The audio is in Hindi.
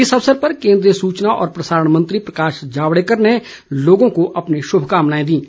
इस अवसर पर केन्द्रीय सुचना और प्रसारण मंत्री प्रकाश जावड़ेकर ने लोगों को अपनी श्रभकामनाएं दीं